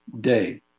day